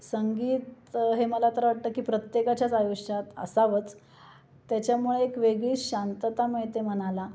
संगीत हे मला तर वाटतं की प्रत्येकाच्याच आयुष्यात असावंच त्याच्यामुळे एक वेगळी शांतता मिळते मनाला